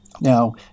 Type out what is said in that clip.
Now